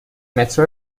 مترو